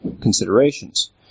considerations